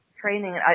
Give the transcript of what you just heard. training